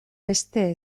beste